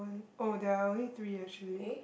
oh there are only three actually